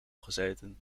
gezeten